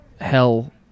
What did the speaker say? hell